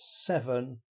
seven